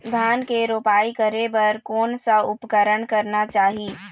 धान के रोपाई करे बर कोन सा उपकरण करना चाही?